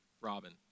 Robin